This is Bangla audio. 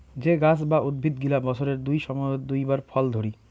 যে গাছ বা উদ্ভিদ গিলা বছরের দুই সময়ত দুই বার ফল ধরি